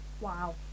Wow